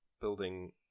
building